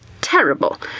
terrible